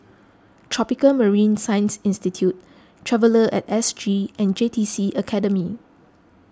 Tropical Marine Science Institute Traveller at S G and J T C Academy